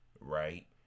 right